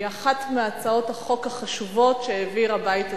היא אחת מהצעות החשובות שהעביר הבית הזה,